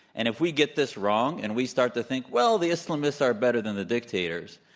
and if we get this wrong and we start to think, well, the islamists are better than the dictators,